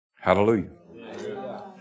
Hallelujah